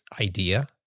idea